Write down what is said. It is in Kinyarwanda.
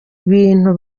ibintu